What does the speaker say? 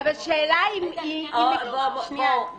אבל השאלה היא אם --- תנו לה